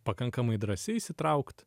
pakankamai drąsi įsitraukt